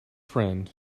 friend